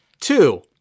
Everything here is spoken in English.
Two